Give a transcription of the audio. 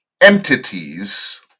entities